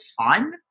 fun